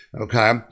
okay